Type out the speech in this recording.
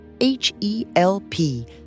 H-E-L-P